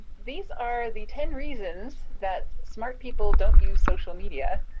these are the ten reasons that smart people don't use social media,